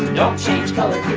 don't change color,